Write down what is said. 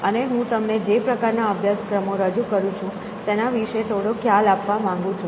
અને હું તમને જે પ્રકારનાં અભ્યાસક્રમો રજૂ કરું છું તેના વિશે થોડો ખ્યાલ આપવા માંગું છું